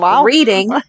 reading